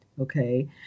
okay